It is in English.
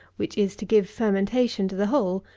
which is to give fermentation to the whole,